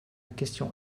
question